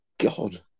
God